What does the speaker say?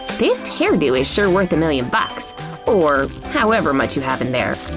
this hair-do is sure worth a million bucks or however much you have in there.